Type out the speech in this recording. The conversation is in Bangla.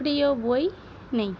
প্রিয় বই নেই